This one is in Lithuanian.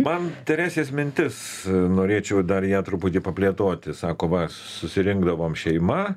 man teresės mintis norėčiau dar ją truputį paplėtoti sako va susirinkdavom šeima